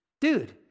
Dude